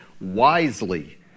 wisely